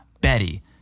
Betty